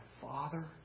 Father